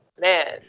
man